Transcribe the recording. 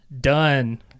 done